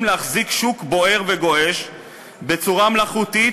להחזיק אתו שוק בוער וגועש בצורה מלאכותית,